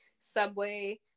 Subway